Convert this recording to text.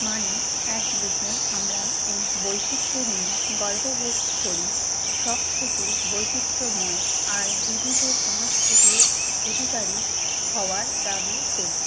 মানে একদিকে আমরা এই বৈচিত্র্য নিয়ে গর্ববোধ করি সবথেকে বৈচিত্র্যময় আর বিধিত সংস্কৃতির অধিকারী হওয়ার দাবিও করি